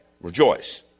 Rejoice